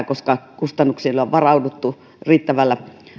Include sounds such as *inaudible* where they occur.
*unintelligible* koska kustannuksiin ei ole varauduttu